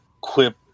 quip